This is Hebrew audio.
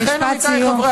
משפט סיום,